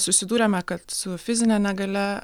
susidūrėme kad su fizine negalia